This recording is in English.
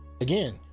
Again